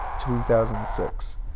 2006